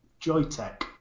JoyTech